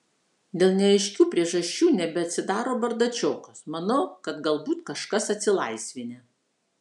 dėl neaiškių priežasčių nebeatsidaro bardačiokas manau kad galbūt kažkas atsilaisvinę